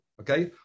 Okay